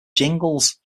jingles